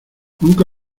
nunca